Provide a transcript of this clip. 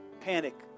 panic